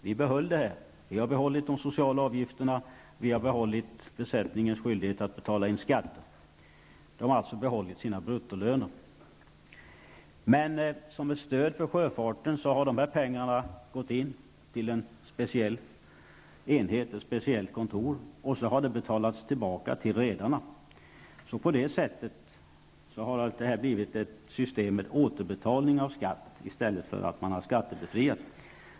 Vi har behållit de sociala avgifterna, och vi har behållit besättningens skyldighet att betala skatt. De ombordanställda har alltså behållit sina bruttolöner. Men som ett stöd för sjöfarten har skattepengarna gått in till ett speciellt kontor, och så har de betalats tillbaka till redarna. På det sättet har det blivit ett system med återbetalning av skatt i stället för skattebefrielse.